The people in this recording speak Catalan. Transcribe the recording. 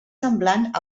semblant